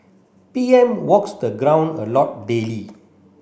P M walks the ground a lot daily